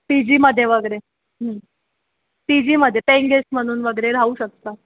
P जीमध्ये वगैरे P जीमध्ये पेईंग गेस्ट म्हणून वगैरे राहू शकता